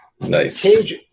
Nice